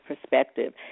perspective